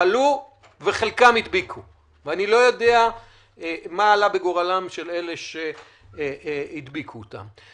חלו וחלקם הדביקו ואני לא יודע מה עלה בגורלם של אלה שהדביקו אותם.